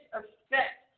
affect